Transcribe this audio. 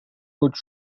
hautes